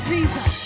Jesus